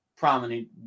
prominent